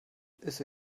ist